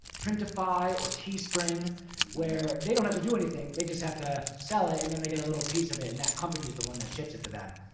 printify or teespring where they don't have to do anything. they just have to sell it. and then they get a little piece of it. and that company is the one that ships it to them.